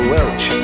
Welch